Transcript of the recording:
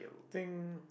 think